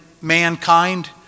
mankind